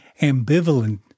ambivalent